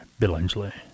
Billingsley